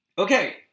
Okay